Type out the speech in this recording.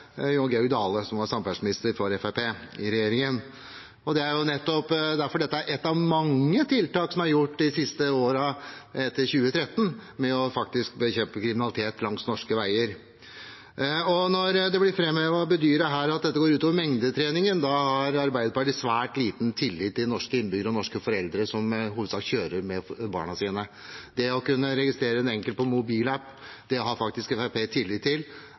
mange tiltak som er gjort de siste årene etter 2013 for å bekjempe kriminalitet langs norske veier. Når det blir framhevet og bedyret her at dette går ut over mengdetreningen, har Arbeiderpartiet svært liten tillit til norske innbyggere og norske foreldre, som i hovedsak kjører med barna sine. Det å kunne registrere den enkelte på mobilapp har Fremskrittspartiet tillit til